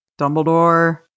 dumbledore